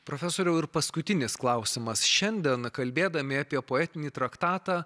profesoriau ir paskutinis klausimas šiandien kalbėdami apie poetinį traktatą